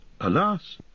alas